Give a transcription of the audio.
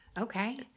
Okay